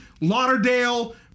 Lauderdale